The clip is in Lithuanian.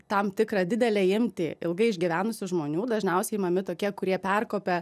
tam tikrą didelę imtį ilgai išgyvenusių žmonių dažniausiai imami tokie kurie perkopia